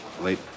Late